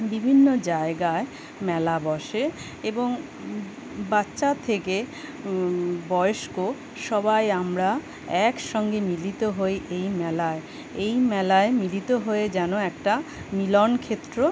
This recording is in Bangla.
বিভিন্ন জায়গায় মেলা বসে এবং বাচ্চা থেকে বয়স্ক সবাই আমরা একসঙ্গে মিলিত হই এই মেলায় এই মেলায় মিলিত হয়ে যেন একটা মিলনক্ষেত্র